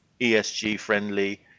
ESG-friendly